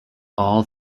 all